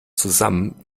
zusammen